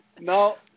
No